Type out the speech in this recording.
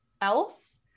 else